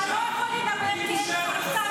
אתה לא יכול לדבר, כי אין לך מושג.